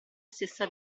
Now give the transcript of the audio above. stessa